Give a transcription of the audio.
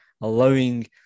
allowing